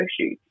shoot